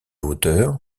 hauteur